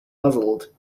puzzled